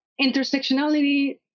intersectionality